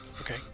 Okay